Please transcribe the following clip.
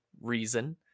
reason